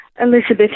Elizabeth